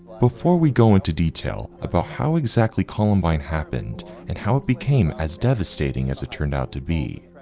before we go into detail about how exactly columbine happened and how it became as devastating as it turned out to be.